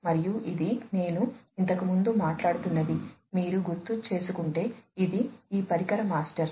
మరియు ఇది నేను ఇంతకుముందు మాట్లాడుతున్నది మీరు గుర్తుచేసుకుంటే ఇది ఈ పరికర మాస్టర్